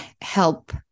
help